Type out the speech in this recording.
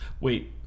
Wait